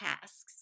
tasks